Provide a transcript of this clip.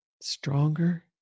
stronger